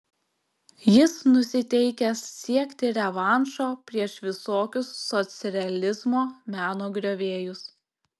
jis nusiteikęs siekti revanšo prieš visokius socrealizmo meno griovėjus